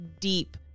deep